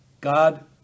God